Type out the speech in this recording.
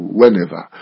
whenever